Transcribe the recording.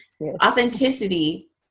authenticity